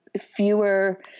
fewer